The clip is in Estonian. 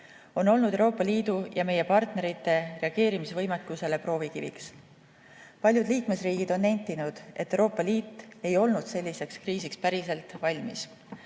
on olnud Euroopa Liidu ja meie partnerite reageerimisvõimekusele proovikiviks. Paljud liikmesriigid on nentinud, et Euroopa Liit ei olnud selliseks kriisiks päriselt valmis.